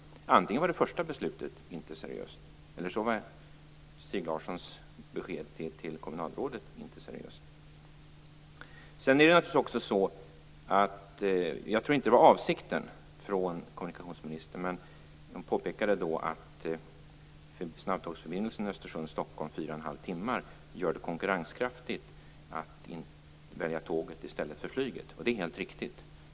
Antingen var det första beslutet inte seriöst, eller också var Stig Larssons besked till kommunalrådet inte seriöst. Sedan påpekade kommunikationsministern att snabbtågsförbindelsen Östersund-Stockholm på fyra och en halv timme gör det konkurrenskraftigt att välja tåget i stället för flyget, och det är helt riktigt.